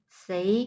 say